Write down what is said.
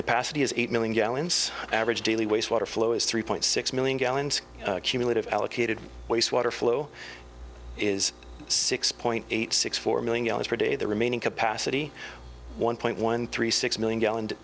capacity is eight million gallons average daily waste water flow is three point six million gallons cumulative allocated waste water flow is six point eight six four million gallons per day the remaining capacity one point one three six million gal